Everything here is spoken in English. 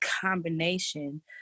combination